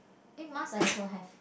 eh mask I also have